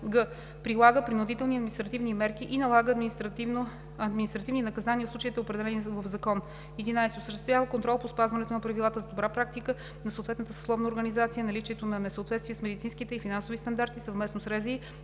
г) прилага принудителни административни мерки и налага административни наказания в случаите, определени в закон. 11. Осъществява контрол по спазването на Правилата за добра практика на съответната съсловна организация, наличието на несъответствие с медицинските и финансовите стандарти съвместно с РЗИ и